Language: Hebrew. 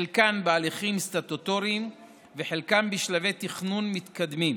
חלקן בהליכים סטטוטוריים וחלקן בשלבי תכנון מתקדמים.